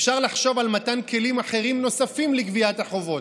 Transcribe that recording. אפשר לחשוב על מתן כלים אחרים נוספים לגביית החובות,